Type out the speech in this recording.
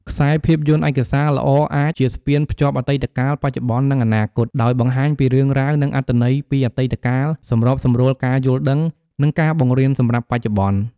ខ្សែភាពយន្តឯកសារល្អអាចជាស្ពានភ្ជាប់អតីតកាល បច្ចុប្បន្ន និងអនាគត ដោយបង្ហាញពីរឿងរ៉ាវ និងអត្ថន័យពីអតីតកាល សម្របសម្រួលការយល់ដឹង និងការបង្រៀនសម្រាប់បច្ចុប្បន្ន។